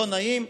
לא נעים.